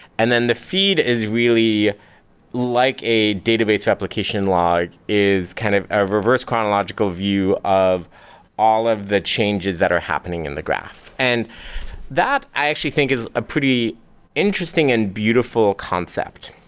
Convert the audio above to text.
and then the feed is really like a database replication log, is kind of a reverse chronological view of all of the changes that are happening in the graph. and that i actually think is a pretty interesting and beautiful concept.